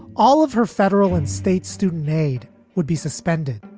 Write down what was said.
all of her federal and state student made would be suspended,